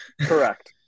Correct